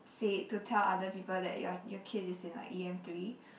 say it to tell other people that your your kid is in like e_m three